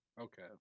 Okay